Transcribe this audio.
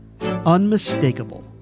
unmistakable